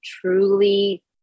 truly